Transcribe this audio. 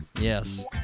yes